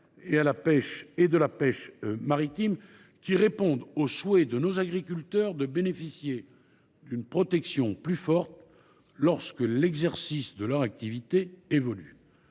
et de la pêche maritime, afin de satisfaire le souhait de nos agriculteurs de bénéficier d’une protection plus forte lorsque l’exercice de leur activité évolue.